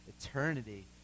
eternity